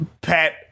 Pat